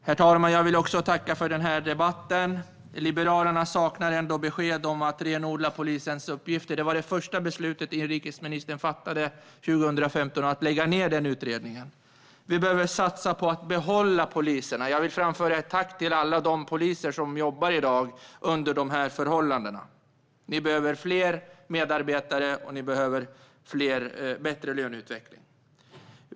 Herr talman! Jag vill tacka för debatten. Liberalerna saknar ändå besked om detta med att renodla polisens uppgifter. Det var det första beslutet inrikesministern fattade 2015: att den utredningen skulle läggas ned. Vi behöver satsa på att behålla poliserna. Jag vill framföra ett tack till alla de poliser som i dag jobbar under dessa förhållanden. Ni behöver fler medarbetare, och ni behöver bättre löneutveckling.